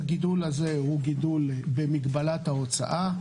הגידול הזה הוא גידול במגבלת ההוצאה.